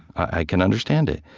i can understand it.